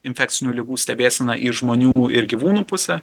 infekcinių ligų stebėseną iš žmonių ir gyvūnų pusę